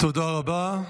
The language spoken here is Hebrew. תודה רבה.